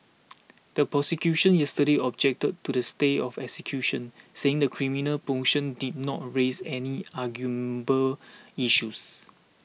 the prosecution yesterday objected to the stay of execution saying the criminal motion did not raise any arguable issues